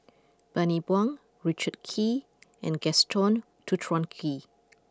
Bani Buang Richard Kee and Gaston Dutronquoy